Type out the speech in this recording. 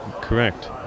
Correct